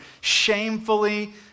shamefully